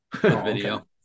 Video